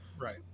right